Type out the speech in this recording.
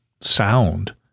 sound